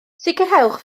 sicrhewch